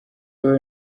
wowe